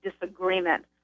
disagreement